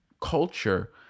culture